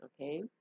okay